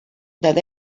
that